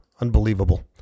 Unbelievable